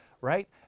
right